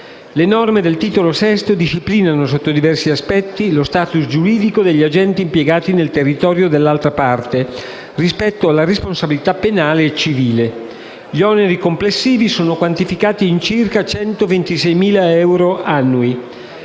Le norme del Titolo VI disciplinano, sotto diversi aspetti, lo *status* giuridico degli agenti impiegati nel territorio dell'altra Parte rispetto alla responsabilità penale e civile. Gli oneri complessivi sono quantificati in circa 126.000 euro annui.